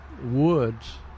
woods